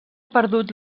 perdut